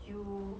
you